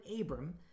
Abram